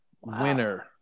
winner